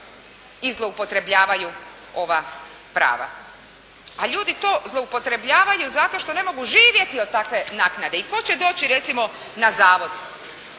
i zloupotrebljavaju ova prava. A ljudi to zloupotrebljavaju zato što ne mogu živjeti od takve naknade i tko će doći, recimo na zavod?